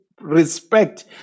respect